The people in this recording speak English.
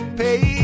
pay